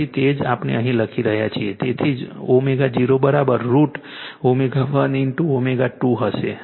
તેથી તે જ આપણે અહીં લખી રહ્યા છીએ તેથી ω0 √ ω1 ઇન્ટુ ω2 હશે